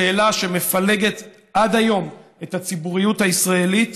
השאלה שמפלגת עד היום את הציבוריות הישראלית,